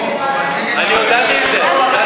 אני הודעתי את זה.